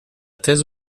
thèse